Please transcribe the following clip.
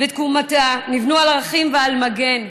ותקומתה נבנו על ערכים ועל מגן,